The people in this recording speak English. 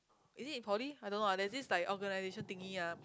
is it in poly I don't know ah there's this like organisation thingy ah